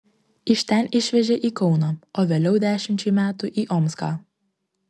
iš ten išvežė į kauną o vėliau dešimčiai metų į omską